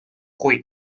kui